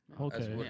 Okay